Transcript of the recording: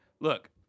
Look